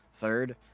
Third